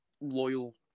loyal